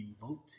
devoted